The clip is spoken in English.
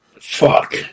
Fuck